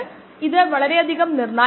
അതാണ് ഇവിടത്തെ യൂണിറ്റ്